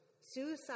suicide